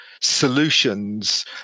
solutions